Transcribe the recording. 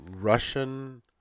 Russian